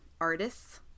artists